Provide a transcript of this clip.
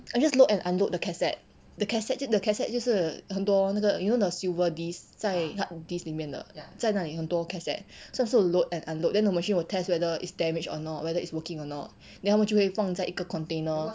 I just load and unload the cassette the cassette 就 the cassette 就是很多那个 you know the silver disc 在 hard disc 里面的在那里很多 cassette 算是 load and unload then the machine will test whether is damaged or not whether is working or not then 他们就会放在一个 container